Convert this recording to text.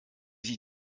sich